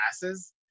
classes